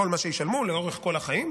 כל מה שישלמו לאורך כל החיים,